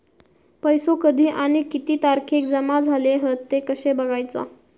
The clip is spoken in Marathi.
पैसो कधी आणि किती तारखेक जमा झाले हत ते कशे बगायचा?